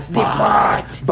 depart